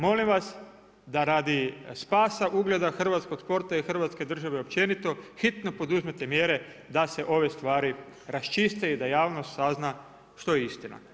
Molim vas da radi spasa ugleda hrvatskog sporta i Hrvatske države općenito hitno poduzmete mjere da se ove stvari raščiste i da javnost sazna što je istina.